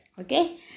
Okay